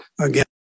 again